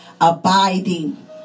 abiding